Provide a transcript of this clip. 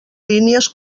línies